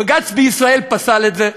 בג"ץ בישראל פסל את זה,